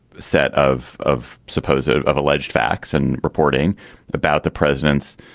set of of supposed ah of alleged facts and reporting about the president's